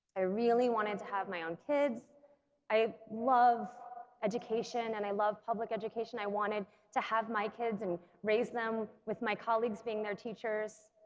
i really wanted to have my own kids i loved education and i loved public education i wanted to have my kids and raise them with my colleagues being their teachers